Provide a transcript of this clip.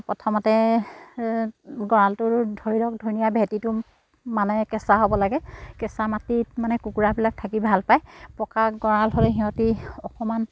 প্ৰথমতে গঁৰালটো ধৰি লওক ধুনীয়া ভেটিটো মানে কেঁচা হ'ব লাগে কেঁচা মাটিত মানে কুকুৰাবিলাক থাকি ভালপায় পকা গঁৰাল হ'লে সিহঁতি অকণমান